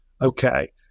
Okay